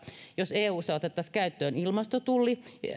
jos eussa otettaisiin käyttöön ilmastotulli